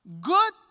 Good